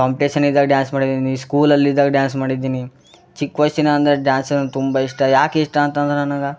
competition ಇದ್ದಾಗ dance ಮಾಡಿದ್ದೀನಿ ಸ್ಕೂಲಲ್ಲಿ ಇದ್ದಾಗ ಡ್ಯಾನ್ಸ್ ಮಾಡಿದ್ದೀನಿ ಚಿಕ್ಕ ವಯಸ್ಸಿನ ಅಂದರೆ ಡ್ಯಾನ್ಸ್ ಅಂದರೆ ತುಂಬ ಇಷ್ಟ ಯಾಕೆ ಇಷ್ಟ ಅಂತಂದ್ರೆ ನನಗೆ